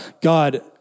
God